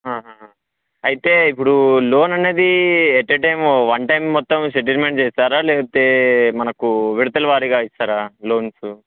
అయితే ఇప్పుడు లోన్ అనేది at a time one time మొత్తం సెటిల్మెంట్ చేస్తారా లేకపోతే మనకు విడతలవారీగా ఇస్తారా లోన్స్